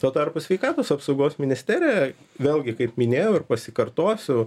tuo tarpu sveikatos apsaugos ministerija vėlgi kaip minėjau ir pasikartosiu